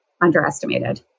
underestimated